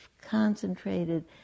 concentrated